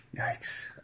Yikes